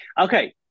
Okay